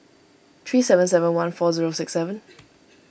three seven seven one four zero six seven